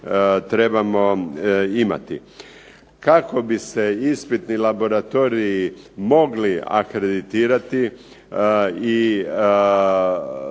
trebamo imati. Kako bi se ispitni laboratoriji mogli akreditirati i